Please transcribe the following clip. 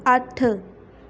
ਅੱਠ